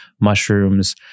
mushrooms